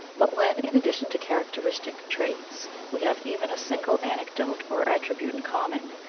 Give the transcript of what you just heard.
but when, in addition to characteristic traits, we have even a single anecdote or attribute in common,